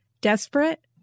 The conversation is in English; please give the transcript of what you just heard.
desperate